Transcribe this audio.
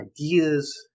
ideas